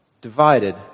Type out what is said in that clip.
divided